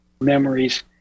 memories